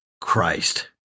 Christ